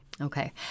Okay